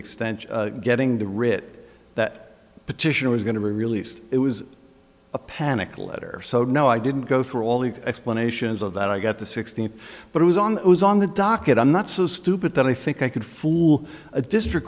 extension getting the writ that petition was going to be released it was a panic letter so no i didn't go through all the explanations of that i got the sixteenth but it was on it was on the docket i'm not so stupid that i think i could fool a district